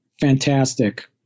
fantastic